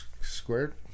squared